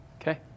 Okay